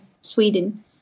Sweden